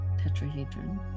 tetrahedron